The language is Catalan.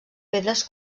pedres